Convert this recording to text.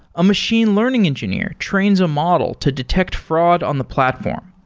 a machine learning engineer trains a model to detect fraud on the platform.